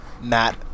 Matt